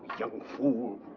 young fool!